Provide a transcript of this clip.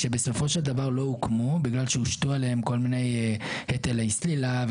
שבסופו של דבר לא הוקמו בגלל שהושתו עליהם כל מיני היטלי סלילה,